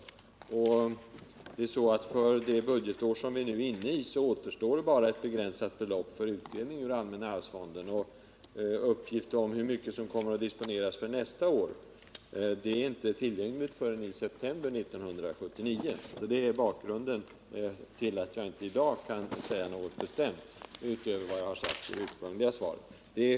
För det innevarande budgetåret återstår det bara ett mindre belopp för utdelning ur allmänna arvsfonden. Uppgifter om hur mycket som kommer att disponeras nästa år är inte tillgängliga förrän i september 1979. Detta är bakgrunden till att jag i dag inte kan säga någonting mera bestämt än vad jag redan har sagt i mitt första svar.